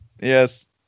Yes